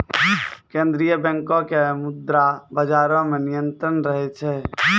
केन्द्रीय बैंको के मुद्रा बजारो मे नियंत्रण रहै छै